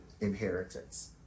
inheritance